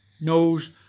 knows